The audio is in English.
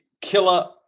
killer